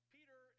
Peter